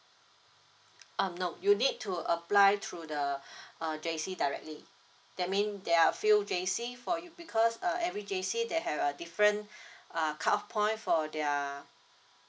um no you need to apply through the uh J_C directly that means there are a few J_C for you because uh every J_C they have a different uh cut off point for their